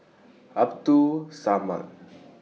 Abdul Samad